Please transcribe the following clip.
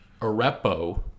Arepo